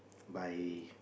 by